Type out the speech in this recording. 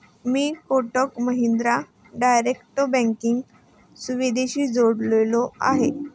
मी Kotak Mahindra direct banking सुविधेशी जोडलेलो आहे?